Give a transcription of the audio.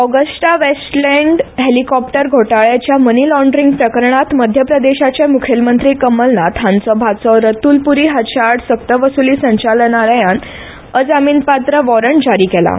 Augusta Westland helicopter घोटाळ्याच्या money laundering प्रकरणांत मध्यप्रदेशाचे मुखेलमंत्री कमलनाथ हांचो भाचो रतूल पुरी हाचे आड सक्तवसुली संचाललनालयान अजामीनपात्र वॉरंट जारी केलां